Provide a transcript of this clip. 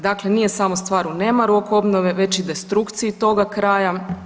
Dakle, nije samo stvar o nemaru oko obnove već i destrukciji toga kraja.